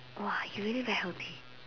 !wah! you really very healthy